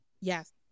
Yes